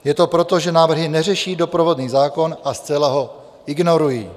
Je to proto, že návrhy neřeší doprovodný zákon a zcela ho ignorují.